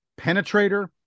penetrator